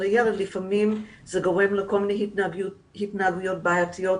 הילד ולפעמים זה גורם להתנהגויות בעייתיות